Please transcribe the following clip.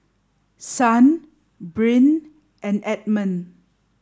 Son Brynn and Edmund